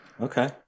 Okay